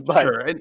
sure